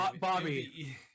bobby